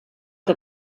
que